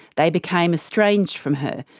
they became estranged from her,